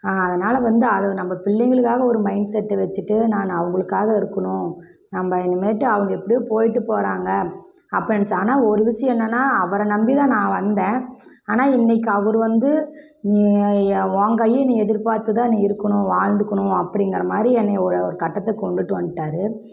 அதனால வந்து அதை நம்ப பிள்ளைங்களுக்காக ஒரு மைண்ட்செட்டை வச்சுட்டு நான் அவர்களுக்காக இருக்கணும் நம்ப இனிமேட்டு அவங்க எப்படியோ போயிட்டு போகிறாங்க அப்பன்ச்சு ஆனால் ஒரு விஷயம் என்னென்னால் அவரை நம்பிதான் நான் வந்தேன் ஆனால் இன்றைக்கி அவர் வந்து நீ உன் கையை நீ எதிர்பார்த்துதான் நீ இருக்கணும் வாழ்ந்துக்கணும் அப்படிங்கிற மாதிரி என்னை ஒரு கட்டத்துக்கு கொண்டுவிட்டு வன்துட்டாரு